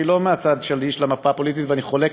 שהיא לא מהצד שלי של המפה הפוליטית ואני חולק